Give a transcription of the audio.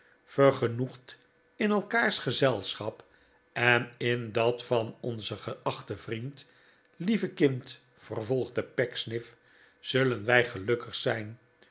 vergenoegd in elkaars gezelschap en in dat van onzen geachten vriend lieve kind vervolgde pecksniff zullen wij gelukkig zijn